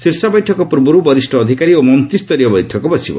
ଶୀର୍ଷ ବୈଠକ ପୂର୍ବରୁ ବରିଷ୍ଠ ଅଧିକାରୀ ଓ ମନ୍ତ୍ରୀ ସ୍ତରୀୟ ବୈଠକ ବସିବ